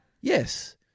yes